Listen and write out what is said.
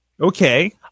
Okay